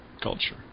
culture